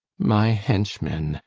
my henchmen,